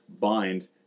bind